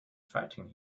fighting